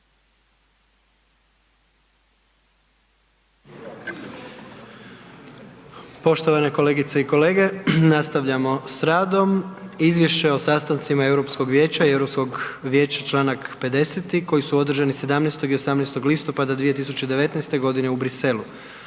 Poštovane kolegice i kolege, nastavljamo s radom - Izvješće o sastancima Europskog vijeća i Europskog vijeća (Članak 50.) koji su održani 17. i 18. listopada 2019. godine u Bruxellesu